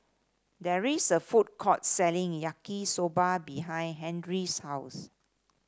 there is a food court selling Yaki Soba behind Henri's house